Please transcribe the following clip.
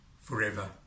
forever